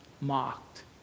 mocked